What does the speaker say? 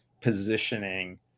positioning